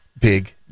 big